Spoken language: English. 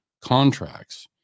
contracts